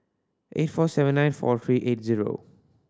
eight four seven nine four three eight zero